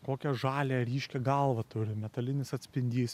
kokią žalią ryškią galvą turi metalinis atspindys